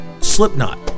Slipknot